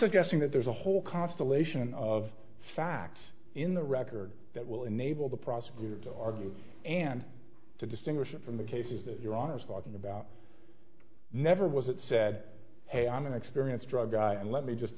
suggesting that there's a whole constellation of facts in the record that will enable the prosecutor to argue and to distinguish it from the cases that your lawyers talking about never was it said hey i'm an experienced drug guy and let me just